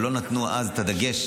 אבל לא נתנו אז את הדגש,